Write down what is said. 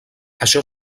això